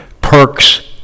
perks